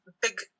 big